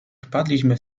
wpadliśmy